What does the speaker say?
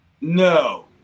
No